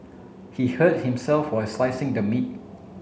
he hurt himself while slicing the meat